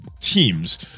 teams